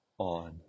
On